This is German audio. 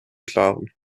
klaren